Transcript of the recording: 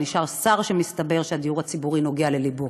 אבל נשאר שר שמסתבר שהדיור הציבורי נוגע ללבו.